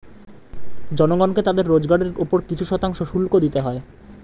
জনগণকে তাদের রোজগারের উপর কিছু শতাংশ শুল্ক দিতে হয়